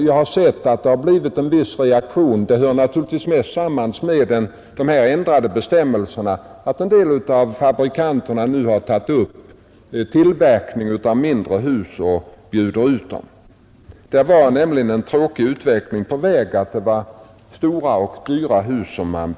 Jag har sett att det blivit en viss reaktion — det hör naturligtvis mest samman med de ändrade bestämmelserna — och en del av fabrikanterna har nu tagit upp tillverkning av mindre hus och gör reklam för dem. Men det var en beklaglig utveckling på väg mot allt större och dyrare hus.